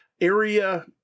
Area